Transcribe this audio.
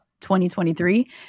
2023